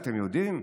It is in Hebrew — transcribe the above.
אתם יודעים?